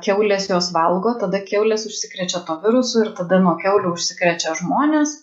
kiaulės juos valgo tada kiaulės užsikrečia tuo virusu ir tada nuo kiaulių užsikrečia žmonės